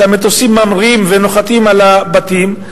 והמטוסים ממריאים ונוחתים על הבתים,